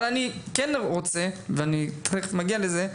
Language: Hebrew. אבל אני כן רוצה ואני תכף מגיע לזה,